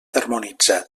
harmonitzat